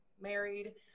married